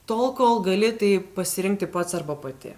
tol kol gali tai pasirinkti pats arba pati